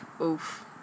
Oof